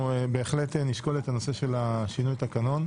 אנחנו בהחלט נשקול את הנושא של שינוי התקנון,